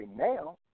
now